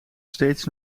steeds